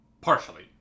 partially